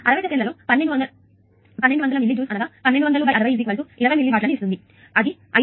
కాబట్టి ఇది 60 సెకన్లలో 1200 మిల్లీ జూల్స్ అనగా 120060 20 మిల్లీ వాట్లను ఇస్తుంది మరియు అది 5V2 R